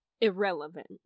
irrelevant